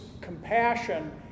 compassion